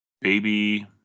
Baby